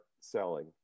selling